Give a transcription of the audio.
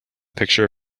picture